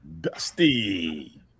Dusty